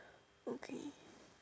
okay